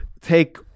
take